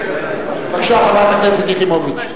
בבקשה, חברת הכנסת יחימוביץ.